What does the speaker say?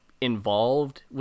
involved